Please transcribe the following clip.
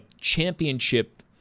championship